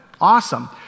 Awesome